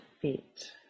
feet